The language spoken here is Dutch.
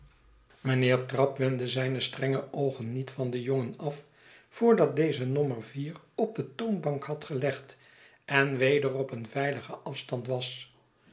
mijnheer trabb wendde zijne strenge oogen niet van den jongen af voordat deze nommer vier op de toonbank had gelegd en weder op een veiligen afstand was